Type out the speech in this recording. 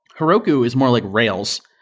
heroku is more like rails.